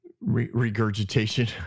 regurgitation